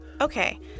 Okay